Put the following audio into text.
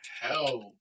Hell